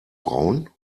frauen